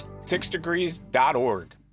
Sixdegrees.org